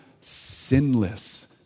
sinless